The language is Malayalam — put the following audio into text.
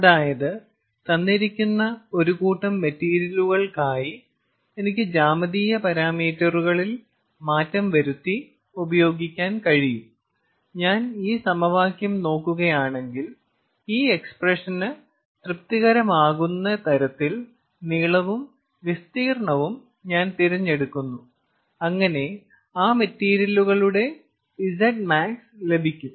അതായത് തന്നിരിക്കുന്ന ഒരു കൂട്ടം മെറ്റീരിയലുകൾക്കായി എനിക്ക് ജ്യാമിതീയ പാരാമീറ്ററുകളിൽ മാറ്റങ്ങൾ വരുത്തി ഉപയോഗിക്കാൻ കഴിയും ഞാൻ ഈ സമവാക്യം നോക്കുകയാണെങ്കിൽ ഈ എക്സ്പ്രഷന് തൃപ്തികരമാകുന്ന തരത്തിൽ നീളവും വിസ്തീർണ്ണവും ഞാൻ തിരഞ്ഞെടുക്കുന്നു അങ്ങനെ ആ മെറ്റീരിയലുകളുടെ Z max ലഭിക്കും